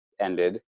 ended